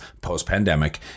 post-pandemic